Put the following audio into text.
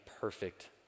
perfect